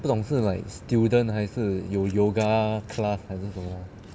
不懂是 like student 还是有 yoga class 还是什么